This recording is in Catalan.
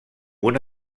una